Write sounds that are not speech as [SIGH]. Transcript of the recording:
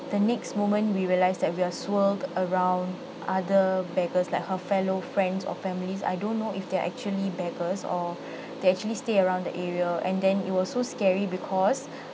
the next moment we realise that we are swirled around other beggars like her fellow friends or families I don't know if they're actually beggars or [BREATH] they actually stay around that area and then it was so scary because